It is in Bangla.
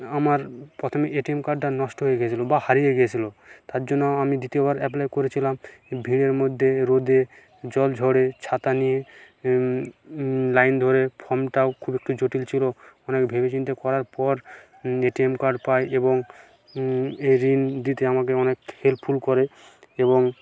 আমার প্রথমে এটিএম কার্ডটা নষ্ট হয়ে গেছিল বা হারিয়ে গেছিল তার জন্য আমি দ্বিতীয় বার অ্যাপ্লাই করেছিলাম ভিড়ের মধ্যে রোদে জল ঝড়ে ছাতা নিয়ে লাইন ধরে ফর্মটাও খুব একটু জটিল ছিল অনেক ভেবেচিন্তে করার পর এটিএম কার্ড পাই এবং এ ঋণ দিতে আমাকে অনেক হেল্পফুল করে এবং